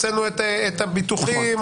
את הביטוחים,